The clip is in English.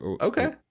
Okay